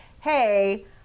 hey